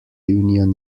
union